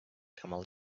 camel